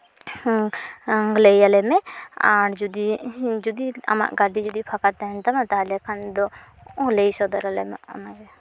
ᱞᱟᱹᱭ ᱟᱞᱮᱢᱮ ᱟᱨ ᱡᱩᱫᱤ ᱡᱩᱫᱤ ᱟᱢᱟᱜ ᱜᱟᱹᱰᱤ ᱡᱩᱫᱤ ᱯᱷᱟᱸᱠᱟ ᱛᱟᱦᱮᱱ ᱛᱟᱢᱟ ᱛᱟᱦᱞᱮ ᱠᱷᱟᱱ ᱫᱚ ᱞᱟᱹᱭ ᱥᱚᱫᱚᱨ ᱟᱞᱮᱢᱮ